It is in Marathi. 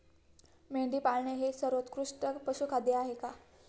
मेंढी पाळणे हे सर्वोत्कृष्ट पशुखाद्य आहे का?